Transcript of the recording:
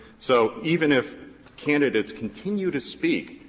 so even if candidates continue to speak,